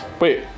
Wait